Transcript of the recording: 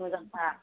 मोजांथार